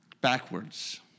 Backwards